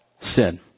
sin